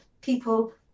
people